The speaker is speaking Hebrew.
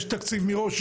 יש תקציב מראש.